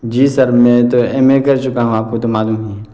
جی sir میں تو M A کر چکا ہوں آپ کو تو معلوم ہی ہے